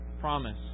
promise